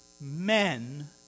men